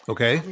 Okay